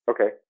Okay